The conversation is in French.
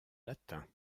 latin